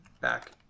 back